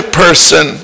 person